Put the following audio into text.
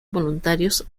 voluntarios